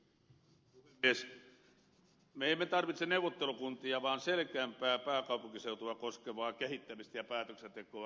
me emme tarvitse neuvottelukuntia vaan selkeämpää pääkaupunkiseutua koskevaa kehittämistä ja päätöksentekoa